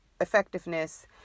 effectiveness